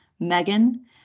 Megan